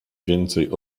więcej